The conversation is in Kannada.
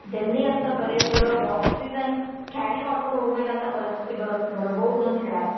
ಡೆಲ್ಲಿ ಅಂಥ ಪ್ರದೇಶ್ದೊಳಗೆ ಆಕ್ಸಿಜನ್ ಕ್ಯಾರಿ ಮಾಡ್ಕೊಂಡು ಹೋಗ್ಬೇಕಂತ ಪರಿಸ್ಥಿತಿ ಬರು ಬರಬೋದು ಅಂತ ಹೇಳಾರೆ